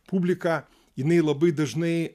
publika jinai labai dažnai